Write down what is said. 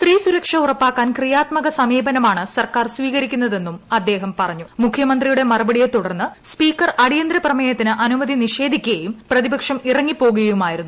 സ്ത്രീസുരക്ഷ ഉറപ്പാക്കാൻ ക്രിയാത്മക സമീപനമാണ് സർക്കാർ സ്വീകരിക്കുന്നതെന്നും മുഖ്യമന്ത്രി പറഞ്ഞുമുഖ്യമന്ത്രിയുടെ മറുപടിയെ തുടർന്ന് സ്പീക്കർ അടിയന്തരപ്രമേയത്തിന് അനുമതി നിഷേധിക്കുകയും പ്രതിപക്ഷം ഇറങ്ങിപ്പോകുകയുമായിരുന്നു